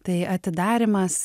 tai atidarymas